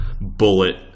bullet